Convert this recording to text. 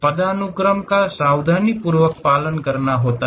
पदानुक्रम का सावधानीपूर्वक पालन करना होता है